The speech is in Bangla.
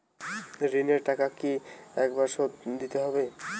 ঋণের টাকা কি একবার শোধ দিতে হবে?